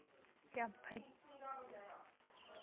ꯌꯥꯝ ꯐꯩ